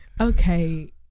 Okay